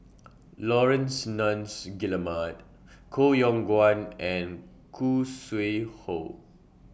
Laurence Nunns Guillemard Koh Yong Guan and Khoo Sui Hoe